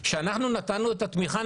כשאנחנו נתנו את התמיכה,